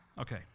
Okay